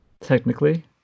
Technically